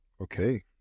Okay